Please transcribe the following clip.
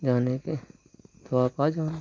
जाने के तो आप आ जाना